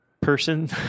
person